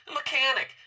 mechanic